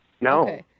no